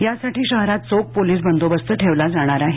यासाठी शहरात चोख पोलिस बंदोबस्त ठेवला जाणार आहे